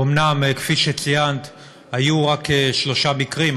אומנם כפי שציינת היו רק שלושה מקרים,